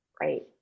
right